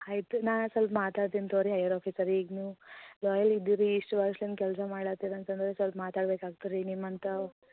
ಆಯ್ತು ನಾ ಸ್ವಲ್ಪ ಮಾತಾಡ್ತೀನಿ ತೋರಿ ಹೈಯರ್ ಆಫೀಸರಿಗೆ ಈಗ ನೀವು ಲಾಯಲ್ ಇದ್ದೀರಿ ಇಷ್ಟು ವರ್ಷ್ಲಿಂದ ಕೆಲಸ ಮಾಡಲತಿರಿ ಅಂತಂದರೆ ಸ್ವಲ್ಪ ಮಾತಾಡ್ಬೇಕು ಆಗ್ತದೆ ರೀ ನಿಮ್ಮಂತ